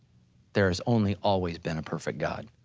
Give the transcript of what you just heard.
there has only always been a perfect god,